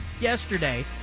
yesterday